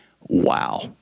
wow